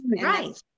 Right